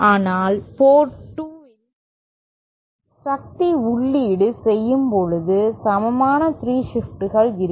ஆனால் போர்ட் 2 இல் சக்தி உள்ளீடு செய்யும்போது சமமான 3 ஷிப்டுகள் இருக்கும்